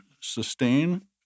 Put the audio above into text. sustain